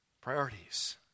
Priorities